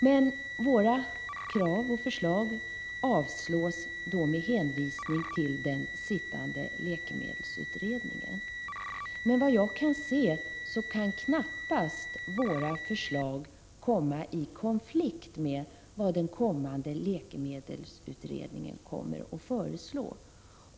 Men våra krav och förslag avslås med hänvisning till den sittande läkemedelsutredningen. Såvitt jag kan se kan våra förslag knappast komma i konflikt med vad läkemedelsutredningen kommer att föreslå.